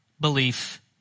belief